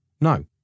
No